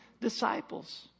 disciples